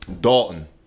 Dalton